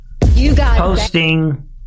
posting